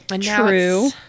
True